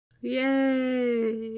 Yay